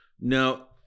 Now